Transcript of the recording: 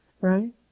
right